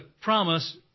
promise